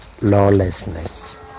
lawlessness